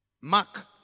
Mark